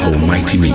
Almighty